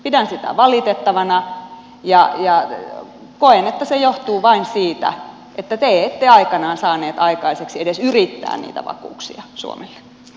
pidän sitä valitettavana ja koen että se johtuu vain siitä että te ette aikanaan saaneet aikaiseksi edes yrittää niitä vakuuksia suomelle